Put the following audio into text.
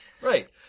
Right